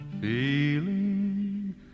feeling